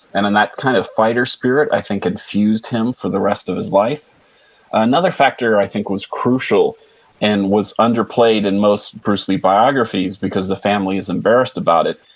and and that kind of fighter spirit, i think, infused him for the rest of his life another factor i think was crucial and was underplayed in most bruce lee biographies because the family is embarrassed about it,